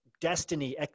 destiny